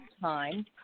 time